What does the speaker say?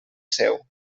seu